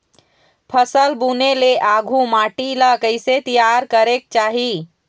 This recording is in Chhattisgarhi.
फसल बुने ले आघु माटी ला कइसे तियार करेक चाही?